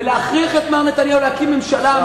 ולהכריח את מר נתניהו להקים ממשלה אמיתית,